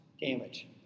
damage